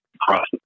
cross